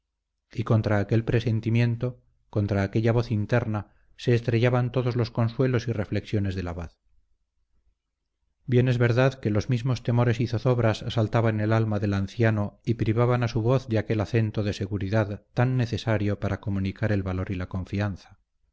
y contra aquel presentimiento contra aquella voz interna se estrellaban todos los consuelos y reflexiones del abad bien es verdad que los mismos temores y zozobras asaltaban el alma del anciano y privaban a su voz de aquel acento de seguridad tan necesario para comunicar el valor y la confianza